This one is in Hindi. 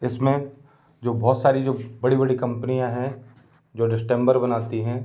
इस में जो बहुत सारी जो बड़ी बड़ी कंपनियां हैं जो डिस्टैंबर बनाती हैं